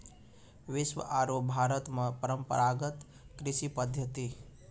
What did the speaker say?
विश्व आरो भारत मॅ परंपरागत कृषि पद्धति